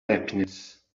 happiness